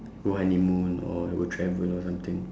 go honeymoon or go travel or something